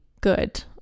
good